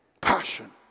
Passion